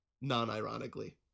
non-ironically